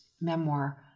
memoir